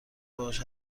باهاش